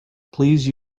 please